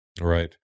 right